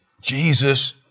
Jesus